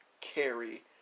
carry